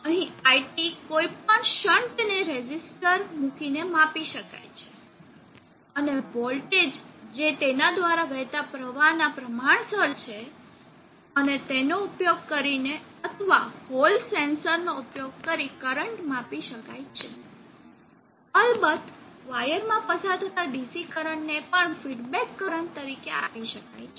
અહીં iT કોઈપણ શંટને રેંટિસ્ટર મૂકીને માપી શકાય છે અને વોલ્ટેજ જે તેના દ્વારા વહેતા પ્રવાહના પ્રમાણસર છે અને તેનો ઉપયોગ કરીને અથવા હોલ સેન્સરનો ઉપયોગ કરી કરંટ માપી શકાય છે અલબત્ત વાયર માં પસાર થતા ડીસી કરંટને પણ ફીડબેક કરંટ તરીકે આપી શકાય છે